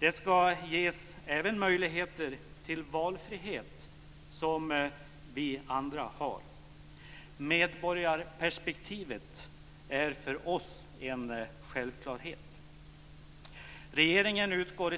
De ska även ges möjligheter till den valfrihet som vi andra har. Medborgarperspektivet är för oss en självklarhet. I